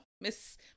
Miss